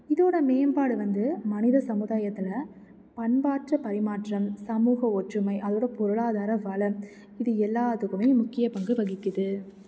இதோடய மேம்பாடு வந்து மனித சமுதாயத்தில் பண்பாற்று பரிமாற்றம் சமூக ஒற்றுமை அதோடய பொருளாதார வளம் இது எல்லாத்துக்குமே முக்கிய பங்கு வகிக்குது